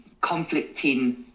conflicting